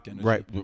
right